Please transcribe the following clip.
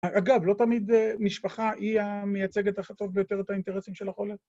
אגב, לא תמיד משפחה היא המייצגת הכי טוב ביותר את האינטרסים של החולה